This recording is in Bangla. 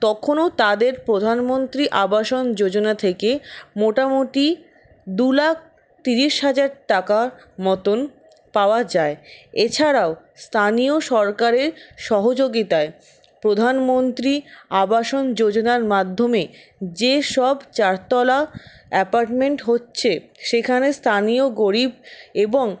তখনও তাদের প্রধানমন্ত্রী আবাসন যোজনা থেকে মোটামুটি দু লাখ তিরিশ হাজার টাকার মতন পাওয়া যায় এছাড়াও স্থানীয় সরকারের সহযোগিতায় প্রধানমন্ত্রী আবাসন যোজনার মাধ্যমে যেসব চারতলা অ্যাপার্টমেন্ট হচ্ছে সেখানে স্থানীয় গরিব এবং